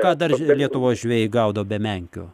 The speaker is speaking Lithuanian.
ką dar lietuvos žvejai gaudo be menkių